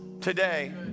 today